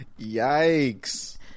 Yikes